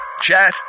Chat